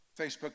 Facebook